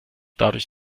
dadurch